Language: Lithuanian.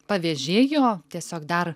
pavėžėjo tiesiog dar